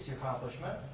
accomplishment,